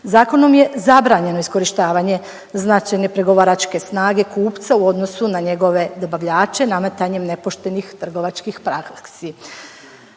Zakonom je zabranjeno iskorištavanje značajne pregovaračke snage kupca u odnosu na njegove dobavljače nametanjem nepoštenih trgovačkih praksi.